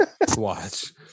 watch